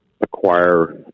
acquire